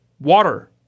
water